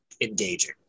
engaging